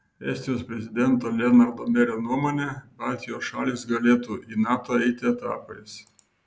estijos prezidento lenardo merio nuomone baltijos šalys galėtų į nato eiti etapais